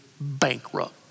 bankrupt